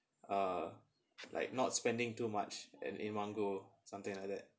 uh like not spending too much and in one go something like that